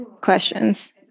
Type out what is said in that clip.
questions